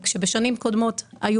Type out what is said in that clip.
חותם